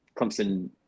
Clemson